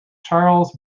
charles